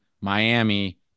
Miami